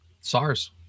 SARS